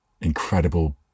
Incredible